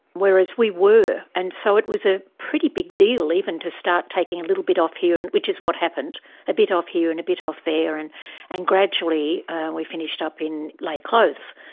whereas we were, and so it was a pretty big deal even to start taking a little bit off here and which is what happened a bit off here and a bit off there and and gradually we finished up in lay clothes.